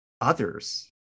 others